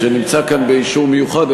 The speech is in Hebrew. שנמצא כאן באישור מיוחד,